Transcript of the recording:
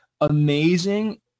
amazing